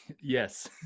Yes